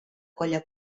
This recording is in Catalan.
colla